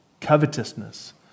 Covetousness